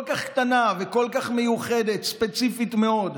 כל כך קטנה וכל כך מיוחדת, ספציפית מאוד,